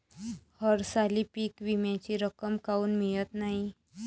हरसाली पीक विम्याची रक्कम काऊन मियत नाई?